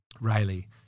Riley